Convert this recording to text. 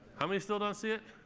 how many still don't see it?